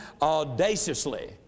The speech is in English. audaciously